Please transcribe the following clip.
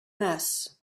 mass